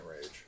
rage